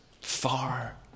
Far